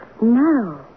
No